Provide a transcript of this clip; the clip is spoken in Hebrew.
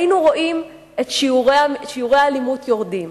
היינו רואים את שיעורי האלימות יורדים.